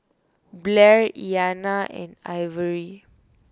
Blair Iyana and Ivory